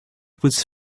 was